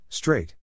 Straight